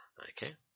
Okay